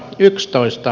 yksitoista